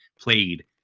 played